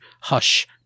hush